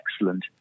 excellent